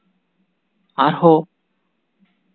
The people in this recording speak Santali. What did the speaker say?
ᱟᱨᱦᱚᱸ